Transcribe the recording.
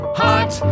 hot